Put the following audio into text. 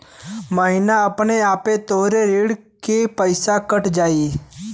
महीना अपने आपे तोहरे ऋण के पइसा कट जाई